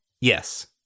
yes